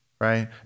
right